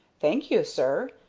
thank you, sir,